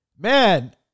man